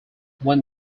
when